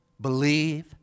believe